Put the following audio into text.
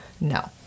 No